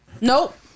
nope